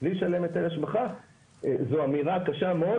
בלי לשלם היטל השבחה - זו אמירה קשה מאוד,